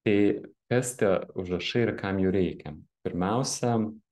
tai kas tie užrašai ir kam jų reikia pirmiausia